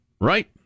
right